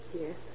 Yes